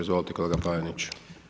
Izvolite, kolega Panenić.